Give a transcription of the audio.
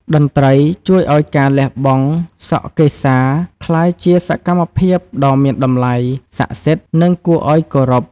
តន្ត្រីជួយឱ្យការលះបង់សក់កេសា ក្លាយជាសកម្មភាពដ៏មានតម្លៃ សក្ដិសិទ្ធិ និងគួរឱ្យគោរព។